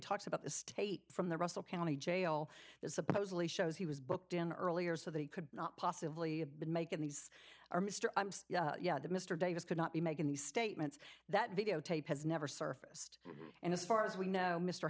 talks about the state from the russell county jail that supposedly shows he was booked in earlier so they could not possibly have been making these are mr yeah the mr davis could not be making these statements that videotape has never surfaced and as far as we know mr